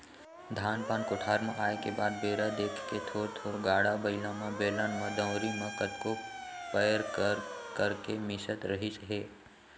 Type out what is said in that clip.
धान पान कोठार म आए के बाद बेरा देख के थोर थोर गाड़ा बइला म, बेलन म, दउंरी म कतको पैर कर करके मिसत रहिस हे